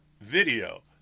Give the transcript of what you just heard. video